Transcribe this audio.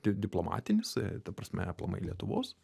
diplomatinis ta prasme aplamai lietuvos